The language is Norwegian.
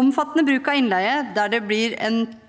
Omfattende bruk av innleie, der det blir en